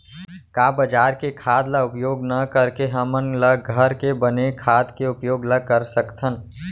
का बजार के खाद ला उपयोग न करके हमन ल घर के बने खाद के उपयोग ल कर सकथन?